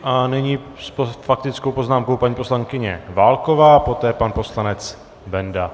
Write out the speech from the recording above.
A nyní s faktickou poznámkou paní poslankyně Válková, poté pan poslanec Benda.